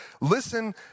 Listen